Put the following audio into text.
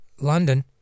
London